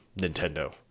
Nintendo